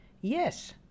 Yes